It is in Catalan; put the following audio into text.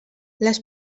les